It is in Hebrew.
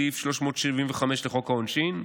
סעיף 375א לחוק העונשין.